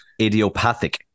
idiopathic